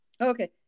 okay